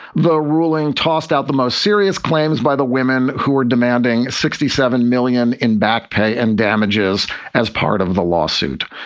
the ruling tossed out the most serious claims by the women who were demanding sixty seven million in back pay and damages as part of the lawsuit.